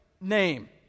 name